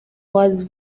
was